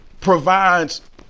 provides